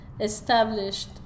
established